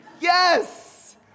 Yes